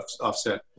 offset